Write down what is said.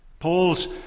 Paul's